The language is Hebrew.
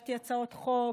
הגשתי הצעות חוק,